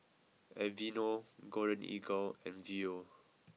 Aveeno Golden Eagle and Viu